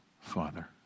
father